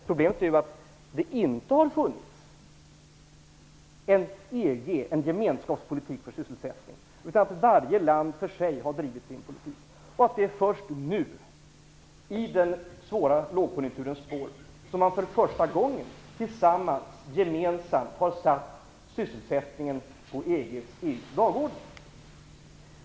Problemet är att det inte funnits ett EG, dvs. en gemenskapspolitik för sysselsättning; på den punkten tror jag att Per Gahrton och jag är överens. Varje land har i stället drivit sin politik var för sig. Och det är först nu, i den svåra lågkonjunkturens spår, som man för första gången gemensamt har satt sysselsättningen på EG:s dagordning.